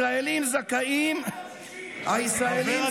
תגנה את